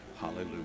Hallelujah